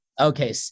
Okay